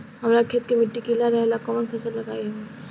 हमरा खेत के मिट्टी गीला रहेला कवन फसल लगाई हम?